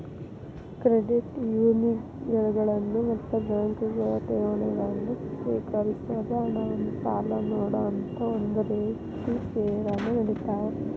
credit ಯೂನಿಯನ್ಗಳು ಮತ್ತ ಬ್ಯಾಂಕ್ಗಳು ಠೇವಣಿಗಳನ್ನ ಸ್ವೇಕರಿಸೊದ್, ಹಣವನ್ನ್ ಸಾಲ ನೇಡೊಅಂತಾ ಒಂದ ರೇತಿ ಸೇವೆಗಳನ್ನ ನೇಡತಾವ